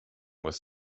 was